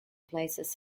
places